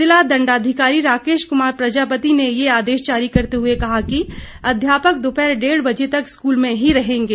जिला दण्डाधिकारी राकेश क्मार प्रजापति ने ये आदेश जारी करते हए कहा कि अध्यापक दोपहर डेढ़ बजे तक स्कूल में ही रहेंगे